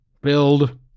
Build